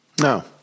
No